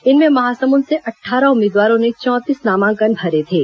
इनमें महासमुंद से अट्ठारह उम्मीदवारों ने चौंतीस नामांकन भरे थे